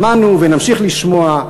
שמענו ונמשיך לשמוע,